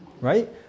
right